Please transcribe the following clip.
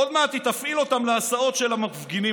עוד מעט היא תפעיל אותן להסעות של המפגינים,